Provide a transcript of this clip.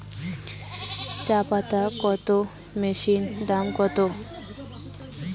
চাপাতা কাটর মেশিনের দাম কত?